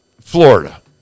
florida